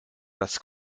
das